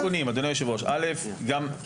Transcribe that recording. אדוני היושב ראש, יש פה שלושה תיקונים.